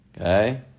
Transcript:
Okay